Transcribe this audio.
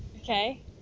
okay